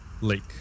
lake